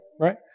right